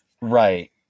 Right